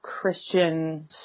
Christian